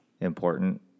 important